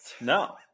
No